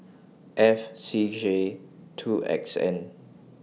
F C J two X N